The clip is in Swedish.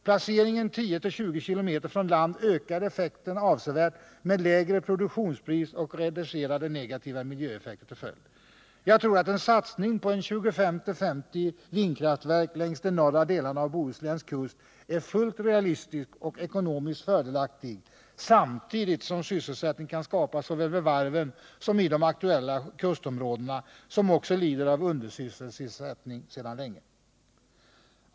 Placering 10-20 km från land ökar effekten avsevärt med lägre produktionspris och reducerade negativa miljöeffekter till följd. Jag tror att en satsning på 25-50 vindkraftverk längs de norra delarna av Bohusläns kust är fullt realistisk och ekonomiskt fördelaktig samtidigt som sysselsättning kan skapas såväl vid varven som i de aktuella kustområdena, som också sedan länge lider av undersysselsättning.